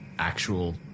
actual